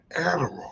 Adderall